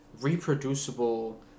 reproducible